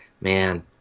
man